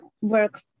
work